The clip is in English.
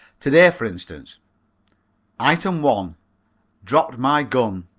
to-day, for instance item one dropped my gun.